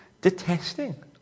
detesting